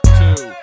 two